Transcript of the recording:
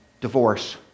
divorce